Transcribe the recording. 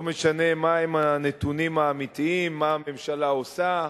לא משנה מהם הנתונים האמיתיים, מה הממשלה עושה,